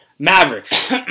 Mavericks